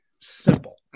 simple